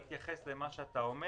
נתייחס אל מה שאתה אומר